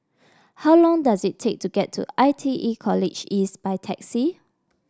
how long does it take to get to I T E College East by taxi